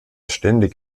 ständig